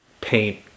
paint